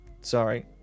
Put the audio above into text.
sorry